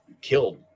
killed